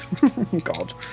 God